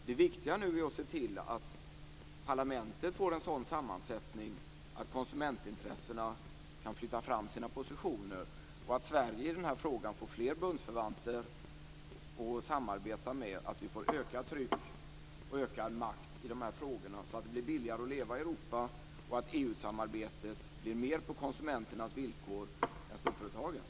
Det viktiga är nu att se till att parlamentet får en sådan sammansättning att konsumentintressena kan flytta fram sina positioner, att Sverige i den här frågan får fler bundsförvanter att samarbeta med och att vi får ökat tryck och ökad makt i de här frågorna, så att det blir billigare att leva i Europa och att EU samarbetet blir mer på konsumenternas villkor än på storföretagens.